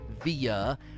via